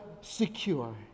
secure